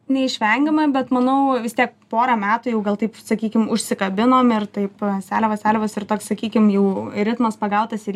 neišvengiama bet manau vis tiek porą metų jau gal taip sakykim užsikabinom ir taip seliavos seliavos ir toks sakykim jau ritmas pagautas ir